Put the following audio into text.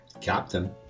Captain